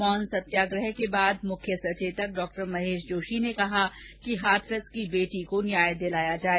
मौन सत्याग्रह के बाद मुख्य सचेतक डॉक्टर महेश जोशी ने कहा कि हाथरस की बेटी को न्याय दिलाया जाए